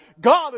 God